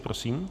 Prosím.